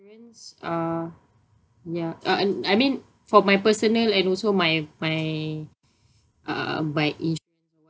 insurance uh ya uh I I mean for my personal and also my my uh my insu~